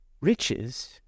Riches